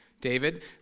David